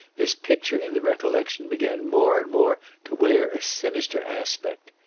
this picture in the recollection began more and more to wear a sinister aspect.